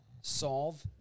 Solve